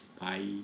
Bye